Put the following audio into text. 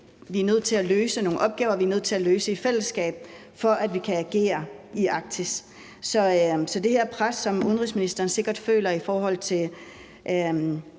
vi er nødt til at løse, og nogle opgaver, vi er nødt til at løse i fællesskab, for at vi kan agere i Arktis. Så det pres, som udenrigsministeren sikkert føler, i forhold til